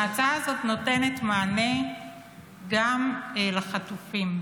ההצעה הזאת נותנת מענה גם לחטופים,